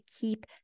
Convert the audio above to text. keep